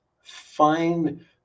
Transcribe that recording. find